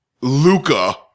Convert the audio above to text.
Luca